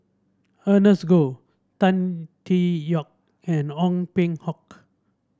Ernest Goh Tan Tee Yoke and Ong Peng Hock